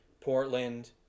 portland